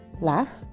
laugh